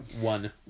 One